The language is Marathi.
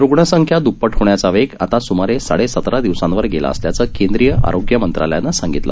रुग्णसंख्या द्रप्पट होण्याचा वेग आता सुमारे साडे सतरा दिवसांवर गेला असल्याचं केंद्रीय आरोग्य मंत्रालयानं सांगितलं